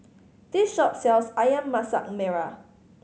this shop sells Ayam Masak Merah